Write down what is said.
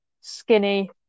skinny